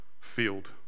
field